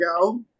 go